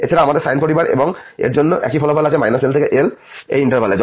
এছাড়াও আমাদের সাইন পরিবার এর জন্য একই ফলাফল আছে l থেকে l এই ইনটারভ্যাল এ